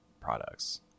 products